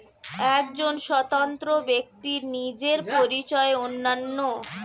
একজন স্বতন্ত্র ব্যক্তির নিজের পরিচয় অনন্য